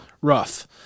rough